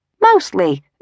Mostly